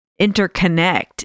interconnect